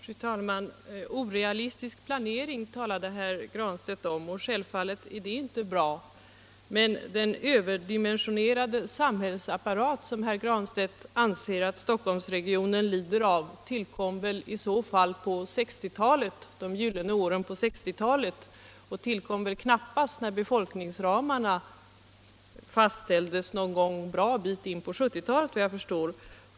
Fru talman! Orealistisk planering talade herr Granstedt om. Självfallet är det inte bra, men den överdimensionerade samhällsapparat som herr Granstedt anser att Stockholmsregionen lider av tillkom väl i så fall under de gyllene åren på 1960-talet; den tillkom väl knappast när befolkningsramarna fastställdes senare — en bra bit in på 1970-talet, såvitt jag förstår.